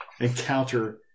encounter